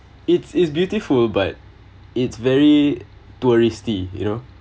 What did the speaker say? it's it's beautiful but it's very touristy you know